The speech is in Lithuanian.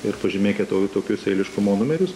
ir pažymėkite tokius eiliškumo numerius